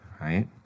right